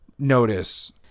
notice